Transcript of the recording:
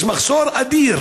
יש מחסור אדיר